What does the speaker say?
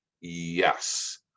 Yes